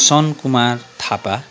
Sankumar Thapa